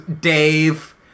Dave